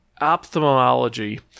Ophthalmology